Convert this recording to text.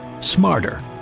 smarter